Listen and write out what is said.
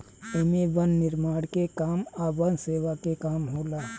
एमे वन निर्माण के काम आ वन सेवा के काम होला